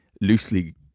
loosely